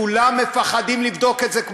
כולם מפחדים לבדוק את זה,